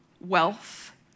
wealth